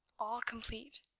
all complete.